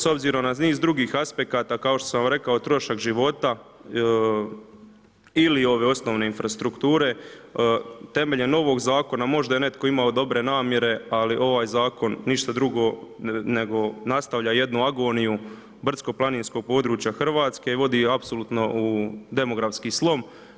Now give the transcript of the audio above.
S obzirom na niz drugih aspekata, kao što sam rekao trošak života ili ove osnovne infrastrukture temeljem novog zakona možda je netko imao dobre namjere ali ovaj zakon ništa drugo nego nastavlja jednu agoniju brdsko-planinskog područja Hrvatske i vodi apsolutno u demografski slom.